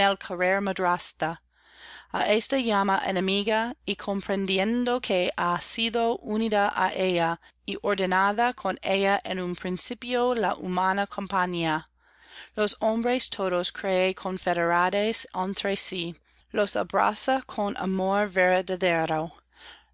esta llama enemiga y comprendiendo que ha sido unida á ella y ordenada con ella en un principio la humana compañía los hombres todos